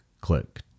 click